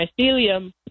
mycelium